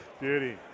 Beauty